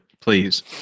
please